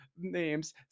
names